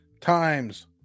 times